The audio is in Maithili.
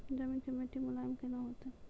जमीन के मिट्टी मुलायम केना होतै?